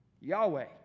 Yahweh